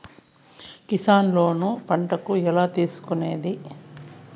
Kisan loan పంటలకు ఎలా తీసుకొనేది?